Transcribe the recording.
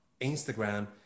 Instagram